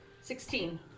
Sixteen